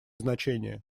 значение